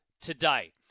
today